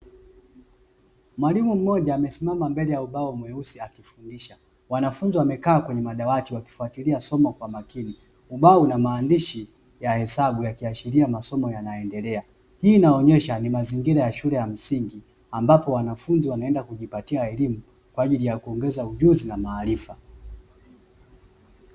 Mwalimu mmoja amesimama mbele ya ubao mweusi akifundisha. Wanafunzi wamekaa kwenye madawati wakifuatilia somo kwa makini. Ubao una maandishi ya hesabu yakiashiria masomo yanaendelea. Hii inaonyesha ni mazingira ya shule ya msingi, ambapo wanafunzi wanaenda kujipatia elimu kwa ajili ya kuongeza ujuzi na maarifa.